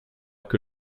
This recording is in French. que